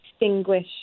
distinguish